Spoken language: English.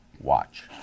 Watch